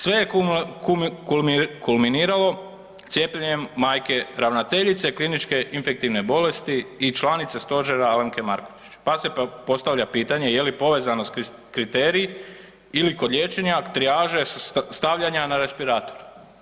Sve je kulminiralo cijepljenjem majke ravnateljice Kliničke infektivne bolesti i članice stožera Alemne Markotić, pa se postavlja pitanje je li povezanost kriterij ili kod liječenja, trijaže, stavljanja na respirator?